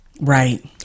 right